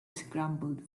scrambled